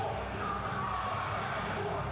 oh my god